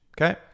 Okay